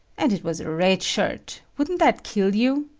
and it was a red shirt wouldn't that kill you!